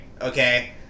okay